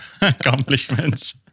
accomplishments